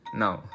now